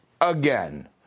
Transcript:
again